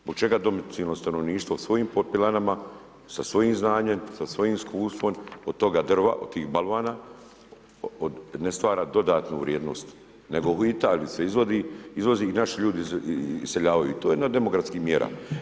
Zbog čega domicilno stanovništvo svojim pilanama, sa svojim znanjem, sa svojim iskustvom od toga drva, od tih balvana ne stvara dodatnu vrijednost nego u Italiji se izvozi i naši ljudi iseljavaju i to je jedna od demografskih mjera.